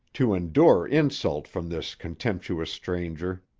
to endure insult from this contemptuous stranger,